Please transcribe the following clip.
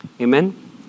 Amen